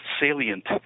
salient